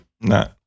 No